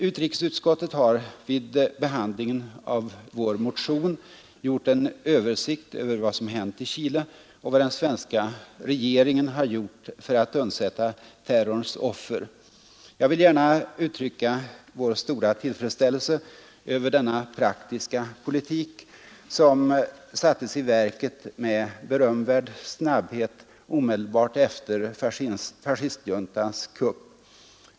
Utrikesutskottet har vid behandlingen av vår motion givit en översikt över vad som hänt i Chile och vad den svenska regeringen har gjort för att undsätta terrorns offer. Jag vill gärna uttrycka vår stora tillfredsställelse över denna praktiska politik, som sattes i verket med berömvärd snabbhet omedelbart efter fascistjuntans kupp.